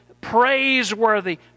praiseworthy